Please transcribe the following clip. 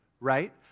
right